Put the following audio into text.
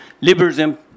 liberalism